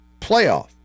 playoff